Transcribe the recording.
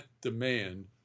demand